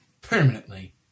Permanently